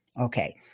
Okay